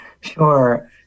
Sure